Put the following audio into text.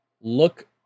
look